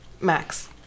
Max